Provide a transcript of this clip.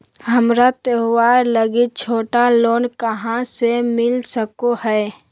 हमरा त्योहार लागि छोटा लोन कहाँ से मिल सको हइ?